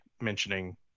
mentioning